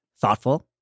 Thoughtful